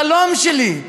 החלום שלי,